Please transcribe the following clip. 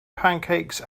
pancakes